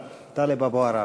טלב אבו עראר.